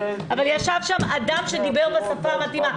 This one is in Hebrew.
אבל ישב שם אדם שדיבר בשפה המתאימה,